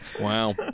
Wow